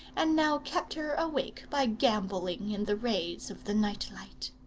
and now kept her awake by gambolling in the rays of the night-light.